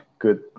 Good